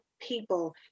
people